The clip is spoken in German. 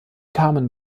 kamen